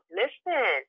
listen